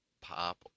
pop